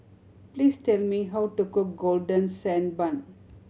please tell me how to cook Golden Sand Bun